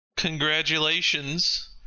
Congratulations